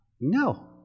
no